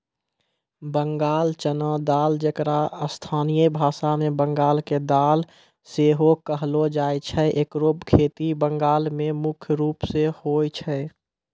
बंगाल चना दाल जेकरा स्थानीय भाषा मे बंगाल के दाल सेहो कहलो जाय छै एकरो खेती बंगाल मे मुख्य रूपो से होय छै